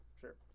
Sure